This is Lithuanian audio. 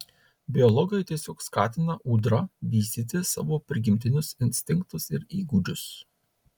biologai tiesiog skatina ūdra vystyti savo prigimtinius instinktus ir įgūdžius